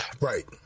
Right